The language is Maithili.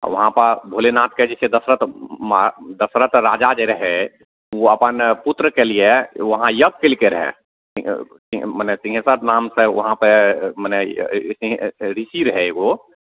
वहाँपर भोलेनाथके जे छै दशरथ दशरथ राजा जे रहै ओ अपन पुत्रके लिए वहाँ यज्ञ कएलकै रहै मने सिँहेश्वर नामसे वहाँपर मने ऋषि रहै एगो